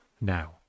now